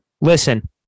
Listen